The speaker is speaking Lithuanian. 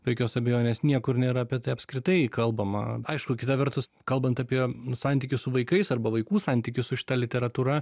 be jokios abejonės niekur nėra apie tai apskritai kalbama aišku kita vertus kalbant apie santykį su vaikais arba vaikų santykį su šita literatūra